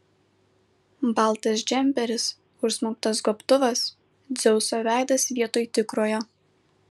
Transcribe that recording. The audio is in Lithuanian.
baltas džemperis užsmauktas gobtuvas dzeuso veidas vietoj tikrojo